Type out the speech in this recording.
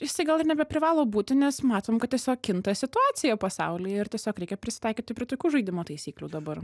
jis tai gal ir nebeprivalo būti nes matom kad tiesiog kinta situacija pasaulyje ir tiesiog reikia prisitaikyti prie tokių žaidimo taisyklių dabar